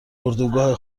اردوگاه